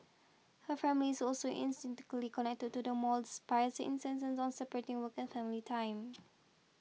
her family is also connected to the mall despite insistence on separating work and family time